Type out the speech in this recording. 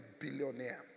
billionaire